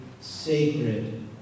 sacred